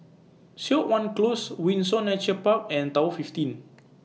Siok Wan Close Windsor Nature Park and Tower fifteen